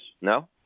No